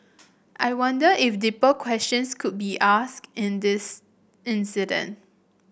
I wonder if deeper questions could be asked in this incident